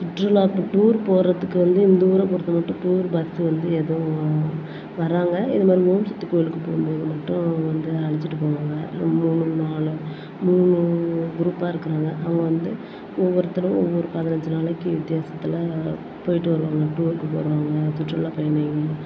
சுற்றுலாவுக்கு டூர் போகிறத்துக்கு வந்து இந்த ஊரை பொறுத்த மட்டும் டூர் பஸ்ஸு வந்து எதுவும் வர்றாங்க இது மாதிரி ஓம் சக்தி கோவிலுக்கு போகும் போது மட்டும் வந்து அழைச்சிட்டு போவாங்க மூணு நாலு மூணு குரூப்பாக இருக்கிறாங்க அவங்க வந்து ஒவ்வொருத்தரும் ஒவ்வொரு பதினைஞ்சு நாளைக்கு வித்தியாசத்தில் போய்ட்டு வருவாங்க டூருக்கு போகிறவங்க சுற்றுலா பயணி